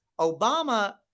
Obama